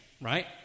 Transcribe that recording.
Right